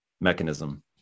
mechanism